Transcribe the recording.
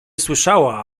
słyszała